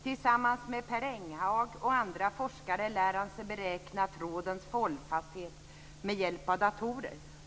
Tillsammans med Per Enghag och andra forskare lär han sig att beräkna trådens hållfasthet med hjälp av datorer.